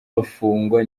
bafungwa